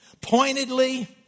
Pointedly